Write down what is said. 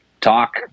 talk